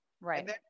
right